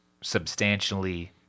substantially